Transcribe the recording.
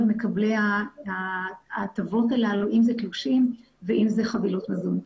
מקבלי ההטבות הללו אם זה תלושים ואם זה חבילות מזון.